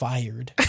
Fired